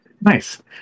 Nice